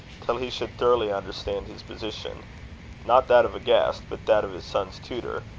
till he should thoroughly understand his position not that of a guest, but that of his son's tutor,